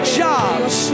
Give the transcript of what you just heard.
jobs